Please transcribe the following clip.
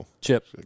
chip